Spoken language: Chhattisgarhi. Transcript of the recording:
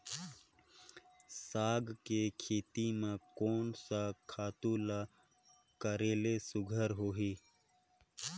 साग के खेती म कोन स खातु ल करेले सुघ्घर होही?